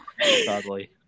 sadly